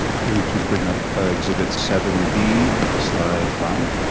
could we please bring up exhibit seven b, slide five.